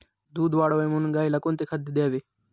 दूध वाढावे म्हणून गाईला कोणते खाद्य द्यावे?